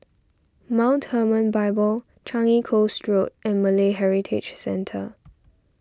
Mount Hermon Bible Changi Coast Road and Malay Heritage Centre